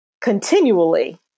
continually